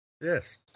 Yes